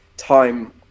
time